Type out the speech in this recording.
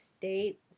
state